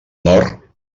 nord